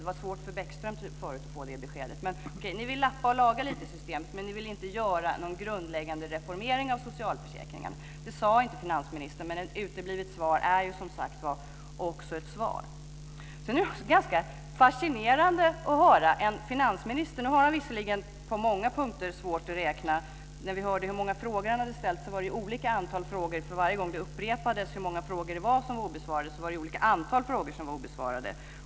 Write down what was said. Det var svårt för Bäckström förut att få det beskedet, men okej, ni vill lappa och laga lite i systemet, men ni vill inte göra någon grundläggande reformering av socialförsäkringarna. Det sade inte finansministern, men ett uteblivet svar är som sagt var också ett svar. Det är ganska fascinerande att höra en finansminister. Nu har han visserligen på många punkter svårt att räkna. När vi hörde hur många frågor han hade ställt var det olika antal frågor. Varje gång det upprepades hur många frågor det var som var obesvarade var det olika antal frågor som var obesvarade.